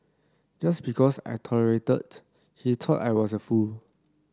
just because I tolerated he thought I was a fool